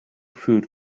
food